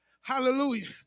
Hallelujah